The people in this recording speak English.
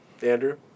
Andrew